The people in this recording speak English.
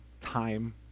time